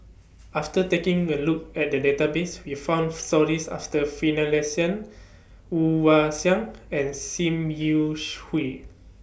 after taking A Look At The Database We found stories after Finlayson Woon Wah Siang and SIM YOU Hui